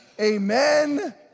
amen